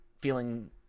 feeling